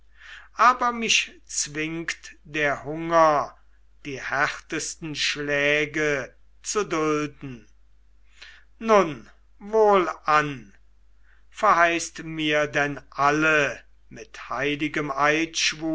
aber mich zwingt der hunger die härtesten schläge zu dulden nun wohlan verheißt mir denn alle mit heiligem